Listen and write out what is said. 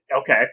Okay